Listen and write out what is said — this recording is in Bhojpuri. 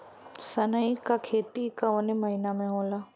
सनई का खेती कवने महीना में होला?